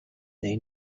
they